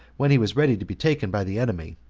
when he was ready to be taken by the enemy,